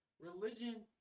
Religion